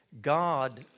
God